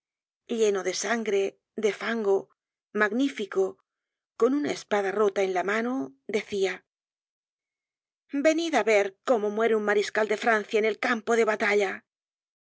lleno de sangre de fango magnífico con una espada rota en la mano decia venid á ver cómo muere un mariscal de francia en el campo de batalla